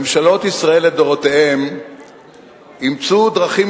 ממשלות ישראל לדורותיהן אימצו דרכים